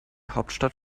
hauptstadt